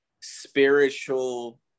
spiritual